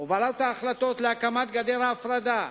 הובלת ההחלטות להקמת גדר ההפרדה,